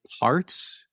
parts